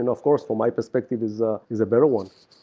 and of course, from my perspective is ah is a better one.